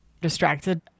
distracted